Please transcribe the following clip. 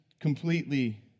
completely